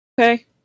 Okay